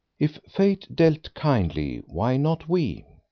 if fate dealt kindly, why not we?